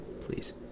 please